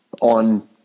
on